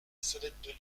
sonnette